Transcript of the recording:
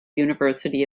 university